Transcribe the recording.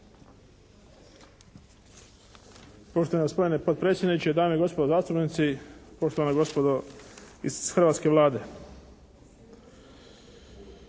Poštovani gospodine potpredsjedniče, dame i gospodo zastupnici, poštovana gospodo iz hrvatske Vlade.